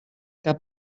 cap